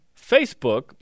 Facebook